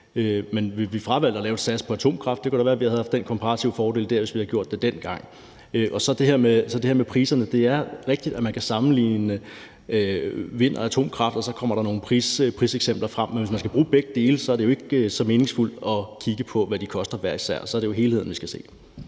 Men vi fravalgte at lave et sats på atomkraft. Det kunne da være, at vi havde haft den komparative fordel dér, hvis vi havde gjort det dengang. Hvad angår det her med priserne, er det rigtigt, at man kan sammenligne vind- og atomkraft, og så kommer der nogle priseksempler frem. Men hvis man skal bruge begge dele, er det ikke så meningsfuldt at kigge på, hvad de koster hver især. Så er det jo helheden, vi skal se